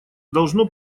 должно